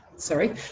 Sorry